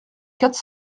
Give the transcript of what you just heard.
quatre